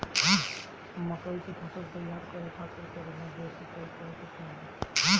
मकई के फसल तैयार करे खातीर केतना बेर सिचाई करे के चाही?